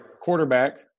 quarterback